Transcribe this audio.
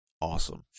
awesome